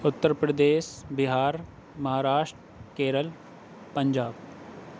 Uttar Pradesh Bihar Maharashtra Kerala Punjab